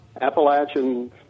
Appalachian